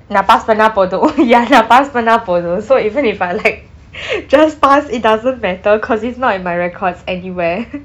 pass பன்னா போதும்:panna pothum ya ya pass பன்னா போதும்:panna pothum so even if I like just pass it doesn't matter cause it's not in my records anywhere